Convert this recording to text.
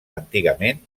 antigament